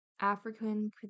African